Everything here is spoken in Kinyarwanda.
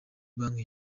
banki